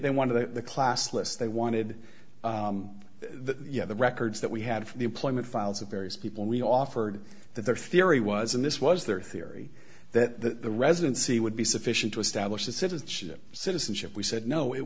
they wanted to classless they wanted yet the records that we had from the employment files of various people we offered that their theory was and this was their theory that the residency would be sufficient to establish the citizenship citizenship we said